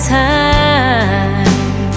time